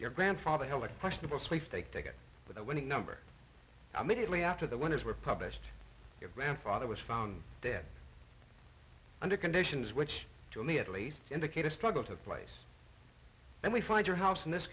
your grandfather heloc questionable sweepstake to get the winning number i mean diddly after the winners were published your grandfather was found dead under conditions which to me at least indicate a struggle took place and we find your house in this